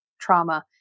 trauma